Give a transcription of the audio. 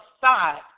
side